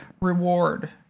reward